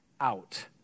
out